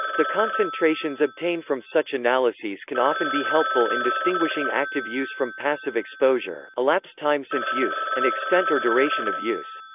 the concentrations obtained from such analyses can often be helpful in distinguishing active use from passive exposure, elapsed time since use, and extent or duration of use.